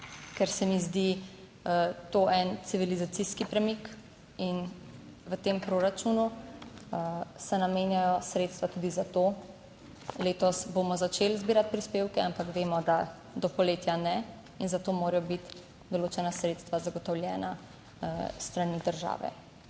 ker se mi zdi to en civilizacijski premik in v tem proračunu se namenjajo sredstva tudi za to. Letos bomo začeli zbirati prispevke, ampak vemo, da do poletja ne, in za to morajo biti določena sredstva zagotovljena s strani države.